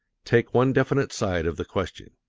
take one definite side of the question,